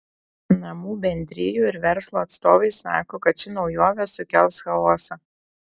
namų bendrijų ir verslo atstovai sako kad ši naujovė sukels chaosą